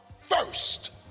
first